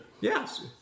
Yes